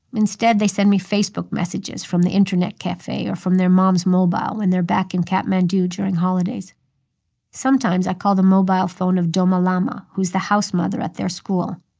instead, they send me facebook messages from the internet cafe or from their mom's mobile when they're back in kathmandu during holidays sometimes, i call the mobile phone of douma lama, who's the house mother at their school.